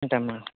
ఉంటాను మ్యాడమ్